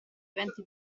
eventi